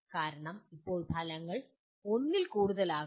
കാരണം ഇപ്പോൾ ഫലങ്ങൾ ഒന്നിൽ കൂടുതൽ ആകാം